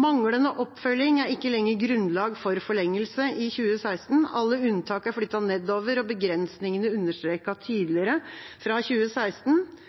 Manglende oppfølging var ikke lenger grunnlag for forlengelse i 2016. Alle unntak er flyttet nedover, og begrensningene er understreket tydeligere fra 2016.